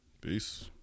Peace